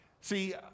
See